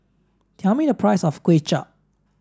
tell me the price of Kway Chap